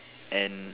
and